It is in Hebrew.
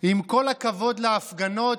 עם כל הכבוד להפגנות,